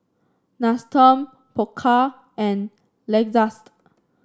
Nestum Pokka and Lexus